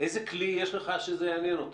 איזה כלי יש לך שזה יעניין אותם?